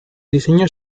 diseño